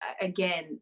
again